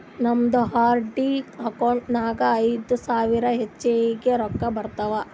ನಮ್ದು RD account ನಾಗ್ ಐಯ್ದ ಸಾವಿರ ಹೆಚ್ಚಿಗೆ ರೊಕ್ಕಾ ಬಂದಾವ್